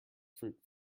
fruit